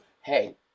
Hey